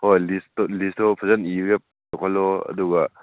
ꯍꯣꯏ ꯂꯤꯁꯇꯣ ꯐꯖꯅ ꯏꯔꯒ ꯄꯨꯈꯠꯂꯣ ꯑꯗꯨꯒ